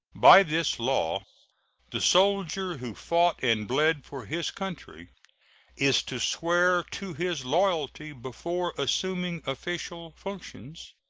by this law the soldier who fought and bled for his country is to swear to his loyalty before assuming official functions,